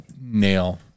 nail